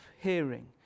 hearing